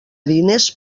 diners